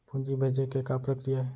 पूंजी भेजे के का प्रक्रिया हे?